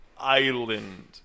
Island